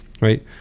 right